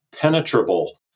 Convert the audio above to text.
penetrable